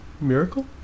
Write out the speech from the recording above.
Miracle